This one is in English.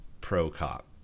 pro-cop